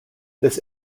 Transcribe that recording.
this